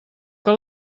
que